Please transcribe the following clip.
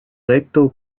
letto